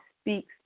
speaks